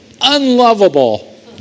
unlovable